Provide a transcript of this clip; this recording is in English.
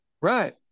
Right